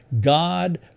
God